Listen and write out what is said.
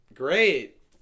Great